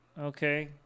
okay